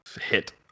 hit